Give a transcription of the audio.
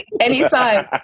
Anytime